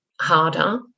harder